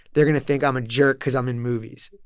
they're going to think i'm a jerk because i'm in movies.